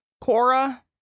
Cora